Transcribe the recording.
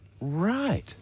right